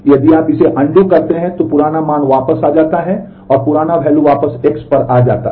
यदि आप उसे अनडू वापस X पर आ जाता है